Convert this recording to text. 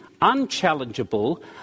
unchallengeable